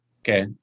Okay